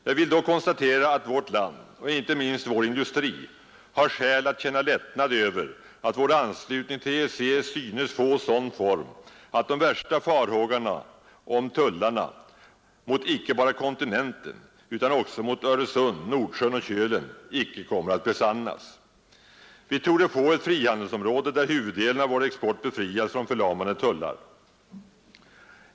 Jag vill då konstatera, att vårt land och icke minst vår industri har skäl att känna lättnad över att vår anslutning till EEC synes få sådan form att de värsta farhågorna om tullarna mot icke bara kontinenten utan också mot Öresund, Nordsjön och Kölen icke kommer att besannas. Vi torde få ett frihandelsområde, där huvuddelen av vår export befrias från förlamande tullar.